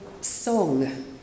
song